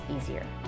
easier